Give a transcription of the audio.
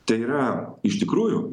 tai yra iš tikrųjų